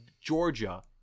Georgia